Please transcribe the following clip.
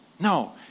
No